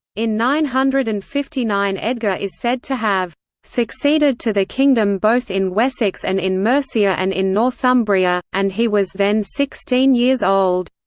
in nine hundred and fifty nine edgar is said to have succeeded to the kingdom both in wessex and in mercia and in northumbria, and he was then sixteen years old